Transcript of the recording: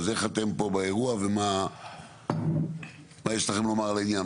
אז איך אתם פה באירוע, ומה יש לכם לומר על העניין?